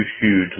huge